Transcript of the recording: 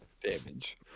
damage